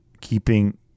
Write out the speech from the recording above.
keeping